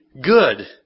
good